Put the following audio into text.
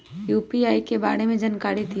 UPI के बारे में जानकारी दियौ?